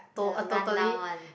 the rundown one